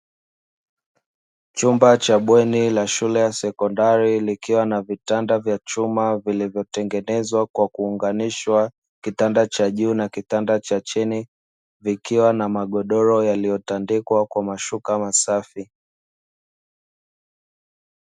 Chumba cha bweni la shule ya sekondari, likiwa na vitanda vya chuma vilivyotengenezwa kwa kuunganishwa, kitanda cha juu na kitanda cha chini, vikiwa na magodoro yaliyotandikwa kwa mashuka masafi.